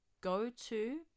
go-to